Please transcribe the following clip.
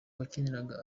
wakiniraga